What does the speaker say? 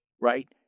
right